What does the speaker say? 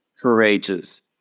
courageous